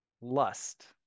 lust